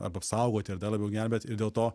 arba apsaugoti ar dar labiau gelbėt ir dėl to